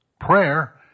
Prayer